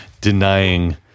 denying